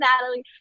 Natalie